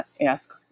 ask